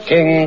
King